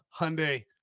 Hyundai